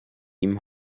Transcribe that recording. ihm